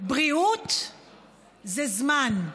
בריאות זה זמן.